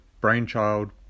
brainchild